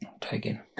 taking